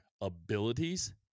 abilities